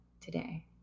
today